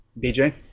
BJ